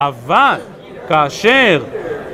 אבל כאשר...